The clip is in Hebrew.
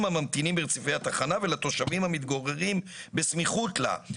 הממתינים ברציפי התחנה ולתושבים המתגוררים בסמיכות לה.